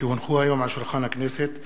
כי הונחו היום על שולחן הכנסת,